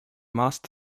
must